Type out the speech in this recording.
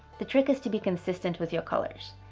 the trick is to be consistent with your colors.